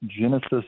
Genesis